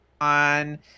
on